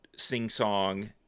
sing-song